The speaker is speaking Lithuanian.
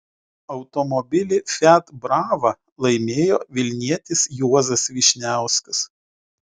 automobilį fiat brava laimėjo vilnietis juozas vyšniauskas